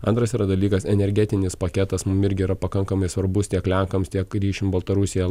antras yra dalykas energetinis paketas mum irgi yra pakankamai svarbus tiek lenkams tiek ryšium baltarusija